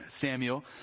Samuel